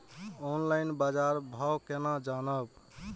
Online बाजार भाव केना जानब?